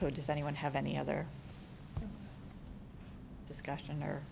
so does anyone have any other discussion